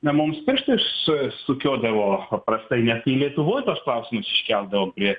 na mums pirštais s sukiodavo paprastai net ir lietuvoj tuos klausimus iškeldavom prie